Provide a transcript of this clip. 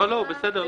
לא, לא, בסדר.